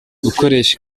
gukoresha